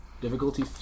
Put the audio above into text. Difficulty